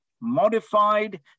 modified